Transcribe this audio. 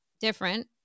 different